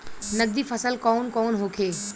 नकदी फसल कौन कौनहोखे?